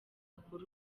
akore